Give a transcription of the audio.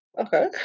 Okay